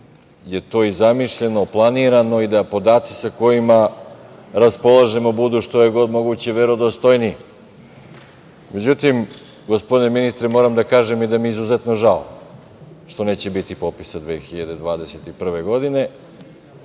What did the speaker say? je to i zamišljeno, planirano i da podaci sa kojima raspolažemo budu što je god moguće verodostojniji.Međutim, gospodine ministre, moram da kažem i da mi je izuzetno žao što neće biti popisa 2021. godine,